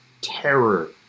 terror